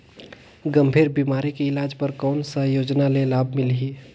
गंभीर बीमारी के इलाज बर कौन सा योजना ले लाभ मिलही?